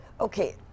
Okay